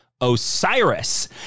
Osiris